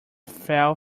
fell